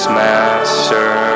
master